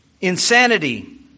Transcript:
insanity